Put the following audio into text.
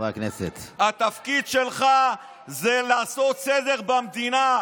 התפקיד שלך זה לעשות סדר במדינה,